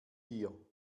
dir